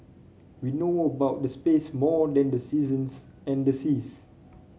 we know about space than the seasons and the seas